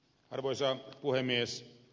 arvoisa puhemies